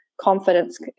confidence